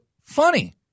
funny